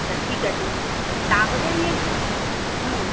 আচ্ছা ঠিক আছে তাহলে নিয়ে হুম